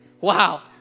Wow